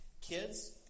Kids